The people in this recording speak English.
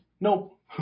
Nope